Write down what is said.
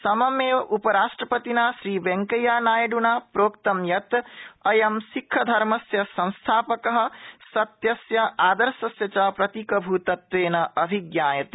सममेव उपराष्ट्रपतिना श्री वेंक्छी नायड़ना प्रोक्तं यत् अयं सिखधर्मेस्य संस्थापक सत्यस्य आदर्शस्य च प्रतीकभूतत्वेन अभिज्ञायते